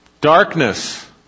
Darkness